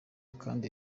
kandi